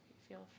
feel